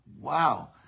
wow